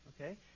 okay